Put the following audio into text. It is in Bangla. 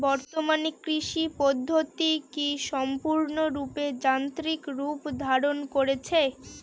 বর্তমানে কৃষি পদ্ধতি কি সম্পূর্ণরূপে যান্ত্রিক রূপ ধারণ করেছে?